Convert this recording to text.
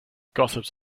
gossips